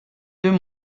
deux